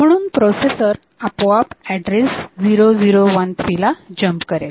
म्हणून प्रोसेसर आपोआप ऍड्रेस 0013 ला जम्प करेल